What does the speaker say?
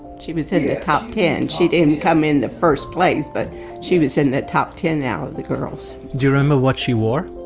she was in the top ten. she didn't come in the first place, but she was in the top ten out of the girls do you remember what she wore?